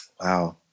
Wow